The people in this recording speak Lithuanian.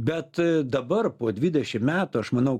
bet dabar po dvidešim metų aš manau